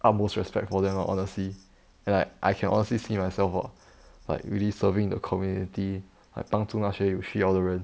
utmost respect for them lah honestly like I can honestly see myself ah like really serving the community like 帮助那些有需要的人